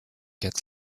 get